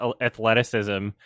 athleticism